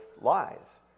lies